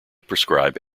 prescribe